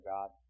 God